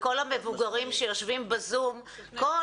כל המבוגרים שיושבים בזום,